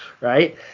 right